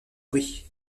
doué